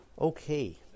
Okay